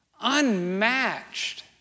unmatched